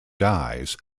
dyes